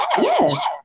Yes